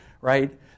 right